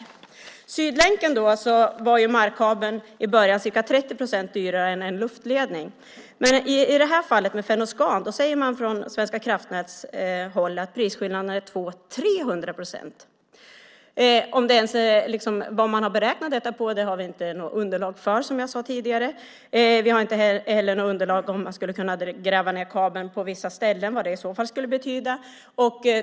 När det gäller Sydlänken var markkabeln i början ca 30 procent dyrare än en luftledning. Men i fallet med Fennoskan säger man från Svenska kraftnäts håll att prisskillnaden är 300 procent. Vad de har beräknat detta på har vi inte något underlag för, som jag sade tidigare. Vi har inte heller något underlag för vad det skulle betyda om det skulle vara möjligt att gräva ned kabeln på vissa ställen.